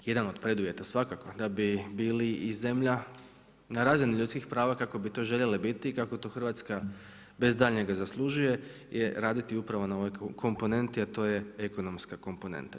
Jedan od preduvjeta svakako da bi bili i zemlja na razini ljudskih prava kako bi to željele biti i kako to Hrvatska bez daljnjega zaslužuju je raditi upravo na ovoj komponenti, a to je ekonomska komponenta.